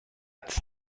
als